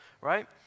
right